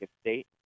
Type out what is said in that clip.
State